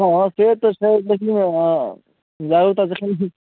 हँ से तऽ छै लेकिन जामे तक देखैत छी